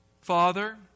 Father